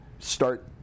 start